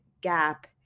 gap